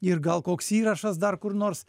ir gal koks įrašas dar kur nors